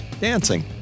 dancing